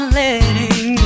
letting